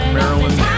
Maryland